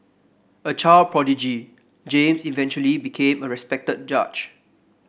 a child prodigy James eventually became a respected judge